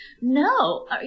No